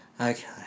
Okay